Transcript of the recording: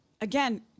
Again